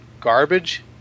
garbage